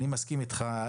אני מסכים אתך,